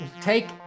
Take